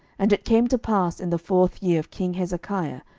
and it came to pass in the fourth year of king hezekiah,